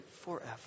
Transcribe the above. forever